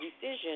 decision